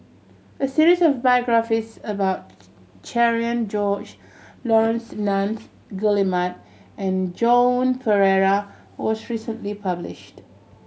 a series of biographies about Cherian George Laurence Nunns Guillemard and Joan Pereira was recently published